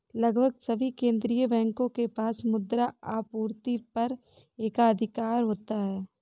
लगभग सभी केंदीय बैंकों के पास मुद्रा आपूर्ति पर एकाधिकार होता है